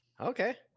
Okay